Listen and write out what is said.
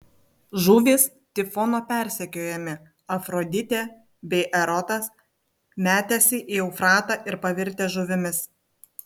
žuvys tifono persekiojami afroditė bei erotas metęsi į eufratą ir pavirtę žuvimis